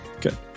Good